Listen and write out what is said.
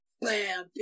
Bam